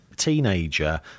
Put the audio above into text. teenager